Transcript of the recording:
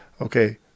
Okay